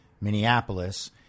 Minneapolis